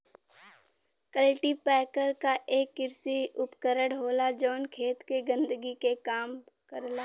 cultipacker एक कृषि उपकरण होला जौन खेत के गंदगी के कम करला